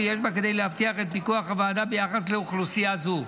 ויש בה כדי להבטיח את פיקוח הוועדה ביחס לאוכלוסייה זו.